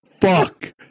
fuck